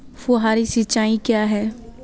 फुहारी सिंचाई क्या है?